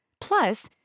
Plus